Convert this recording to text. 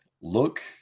look